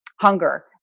hunger